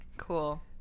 cool